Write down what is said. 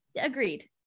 Agreed